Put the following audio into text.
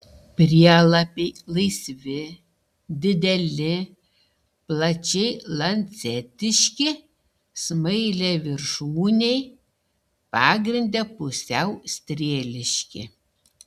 prielapiai laisvi dideli plačiai lancetiški smailiaviršūniai pagrinde pusiau strėliški